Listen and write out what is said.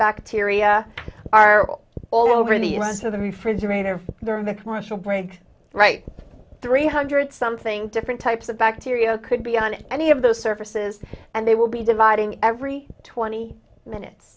bacteria are all over the rest of the refrigerator during the commercial break right three hundred something different types of bacteria could be on any of those surfaces and they will be dividing every twenty minutes